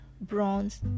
bronze